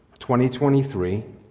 2023